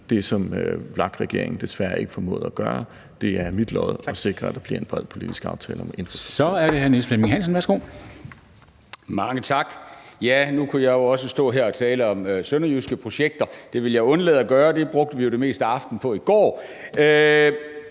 det, som VLAK-regeringen desværre ikke formåede at gøre. Det er mit lod at sikre, at der bliver en bred politisk aftale om infrastruktur.